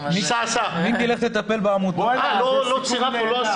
אה, לא צרפנו.